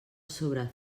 sobre